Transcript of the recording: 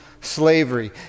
slavery